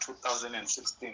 2016